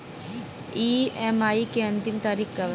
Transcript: EMI के अंतिम तारीख का बा?